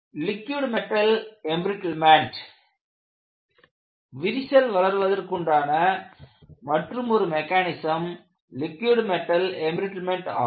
liquid metal embrittlement விரிசல் வளர்வதற்குண்டான மற்றுமொரு மெக்கானிசம் லீகுய்ட் மெட்டல் எம்பிரிட்ட்லேமென்ட் ஆகும்